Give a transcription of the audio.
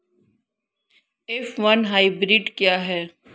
F one hybrid क्या है?